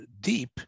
deep